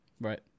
Right